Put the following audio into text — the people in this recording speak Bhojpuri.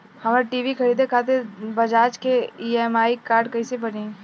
हमरा टी.वी खरीदे खातिर बज़ाज़ के ई.एम.आई कार्ड कईसे बनी?